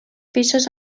pisos